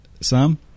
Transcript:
Sam